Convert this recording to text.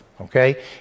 Okay